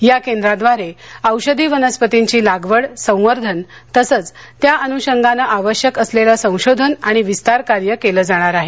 या केंद्राद्वारे औषधी वनस्पतींची लागवड संवर्धन तसंचत्या अनुषंगाने आवश्यक असलेले संशोधन आणि विस्तार कार्य केले जाणार आहे